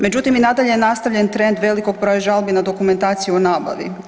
Međutim, i nadalje je nastavljen trend velikog broja žalbi na dokumentaciju o nabavi.